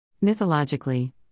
Mythologically